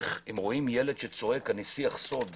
אם הם רואים ילד שצועק: אמא,